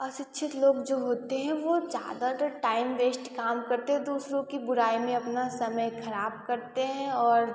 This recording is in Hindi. अशिक्षित लोग जो होते हैं वो ज़्यादातर टाइम वेष्ट काम करते हैं दूसरों की बुराई में अपना समय खराब करते हैं और